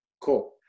Cool